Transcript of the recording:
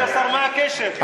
כבוד השר, מה הקשר?